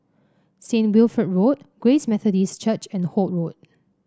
Saint Wilfred Road Grace Methodist Church and Holt Road